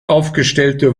aufgestellte